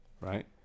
right